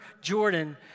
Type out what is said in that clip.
Jordan